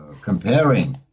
comparing